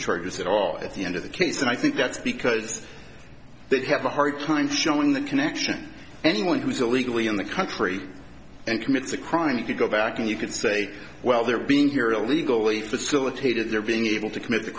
charges that are at the end of the case and i think that's because they have a hard time showing the connection anyone who's illegally in the country and commits a crime you could go back and you could say well they're being here illegally facilitated their being able to commit the